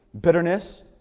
bitterness